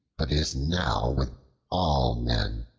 but is now with all men.